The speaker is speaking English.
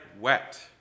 wet